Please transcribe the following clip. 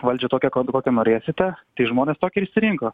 valdžią tokia kokią norėsite tai žmonės tokią ir išsirinko